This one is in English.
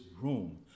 room